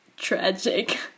Tragic